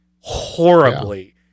horribly